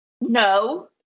No